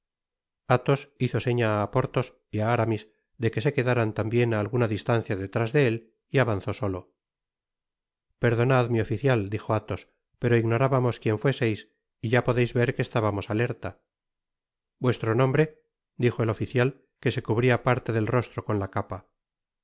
athos hizo seña á portaos y á aramis de que se quedaran tambien á alguna distancia detrás de él y avanzó solo perdonad mi oficial dijo athos pero ignorábamos quien fueseis y ya podeis ver que estábamos alerta vuestro nombre dijo el oficial que se cubría parte del rostro con la capa